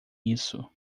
isso